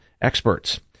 Experts